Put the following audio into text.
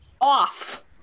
off